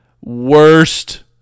worst